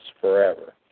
forever